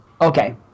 Okay